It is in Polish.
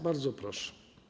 Bardzo proszę.